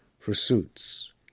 pursuits